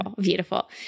Beautiful